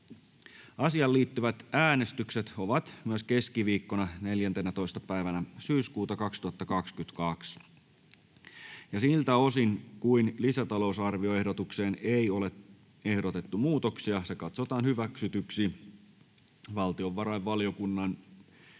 Asiaan liittyvät äänestykset ovat myös keskiviikkona 14. päivänä syyskuuta 2022. Siltä osin kuin lisätalousarvioehdotukseen ei ole ehdotettu muutoksia, se katsotaan hyväksytyksi valtiovarainvaliokunnan